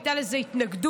הייתה לזה התנגדות,